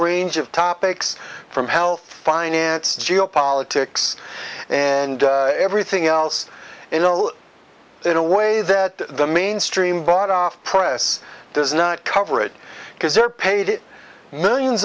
range of topics from health finance geo politics and everything else you know in a way that the mainstream bought off premise does not cover it because they're paid millions